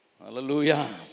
Hallelujah